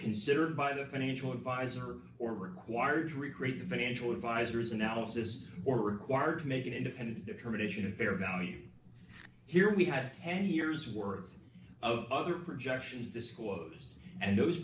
considered by the financial advisor or required to recreate the financial advisors analysis or required to make an independent determination of very value here we had ten years worth of other projections disclosed and those